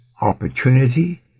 opportunity